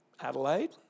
Adelaide